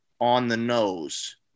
on-the-nose